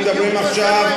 אנחנו מדברים עכשיו,